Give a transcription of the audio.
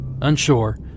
unsure